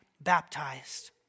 baptized